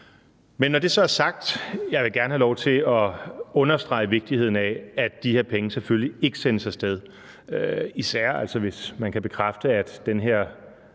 Men når det så er sagt, vil jeg gerne have lov til at understrege vigtigheden af, at de her penge selvfølgelig ikke sendes af sted, især hvis man kan bekræfte, at den her